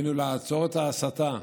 עלינו לעצור את ההסתה,